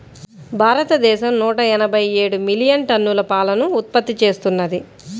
భారతదేశం నూట ఎనభై ఏడు మిలియన్ టన్నుల పాలను ఉత్పత్తి చేస్తున్నది